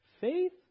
faith